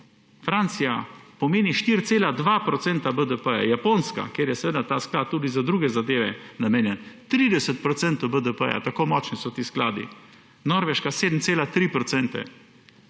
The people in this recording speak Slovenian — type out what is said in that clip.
Francija 4,2 % BDP, Japonska, kjer je ta sklad tudi za druge zadeve namenjen, 30 % BDP, tako močni so ti skladi, Norveška 7,3